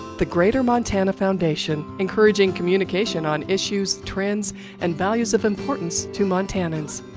the greater montana foundation, encouraging communication on issues, trends and values of importance to montanans.